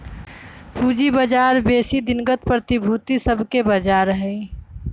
पूजी बजार बेशी दिनगत प्रतिभूति सभके बजार हइ